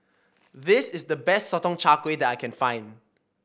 this is the best Sotong Char Kway that I can find